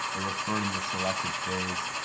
the referred, and the selected phase,